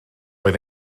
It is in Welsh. oedd